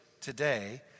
today